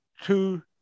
two